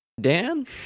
dan